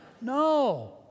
No